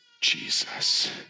Jesus